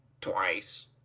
twice